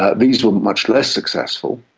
ah these were much less successful.